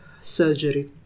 surgery